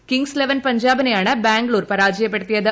Kings eleven പഞ്ചാബിനെയാണ് ബാംഗ്ലൂർ പരാജയപ്പെടുത്തിയത്